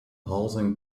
halting